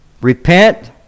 Repent